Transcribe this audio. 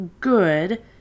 good